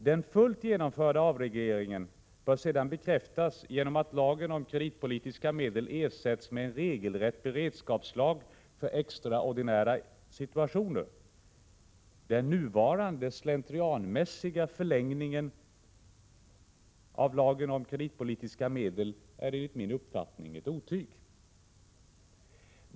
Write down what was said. Den fullt genomförda avregleringen bör sedan bekräftas genom att lagen om kreditpolitiska medel ersätts med en regelrätt beredskapslag för extraordinära situationer. Den nuvarande slentrianmässiga förlängningen av lagen om kreditpolitiska medel är enligt min uppfattning ett otyg.